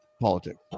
politics